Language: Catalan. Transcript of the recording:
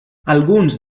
alguns